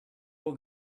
will